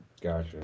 Gotcha